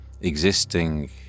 existing